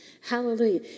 Hallelujah